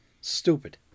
Stupid